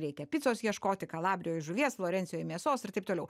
reikia picos ieškoti kalabrijoj žuvies florencijoj mėsos ir taip toliau